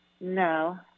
No